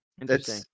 Interesting